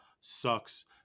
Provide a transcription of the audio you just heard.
sucks